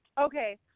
Okay